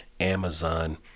Amazon